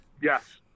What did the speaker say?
Yes